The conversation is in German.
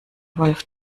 wolf